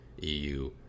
EU